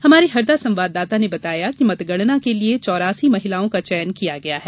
हमारे हरदा संवाददाता ने बताया कि मतगणना के लिए चौरासी महिलाओं का चयन किया गया है